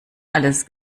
alles